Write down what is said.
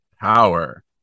power